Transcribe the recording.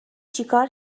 چیکار